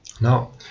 Now